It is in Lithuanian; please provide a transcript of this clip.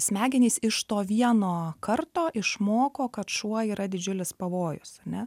smegenys iš to vieno karto išmoko kad šuo yra didžiulis pavojus ar ne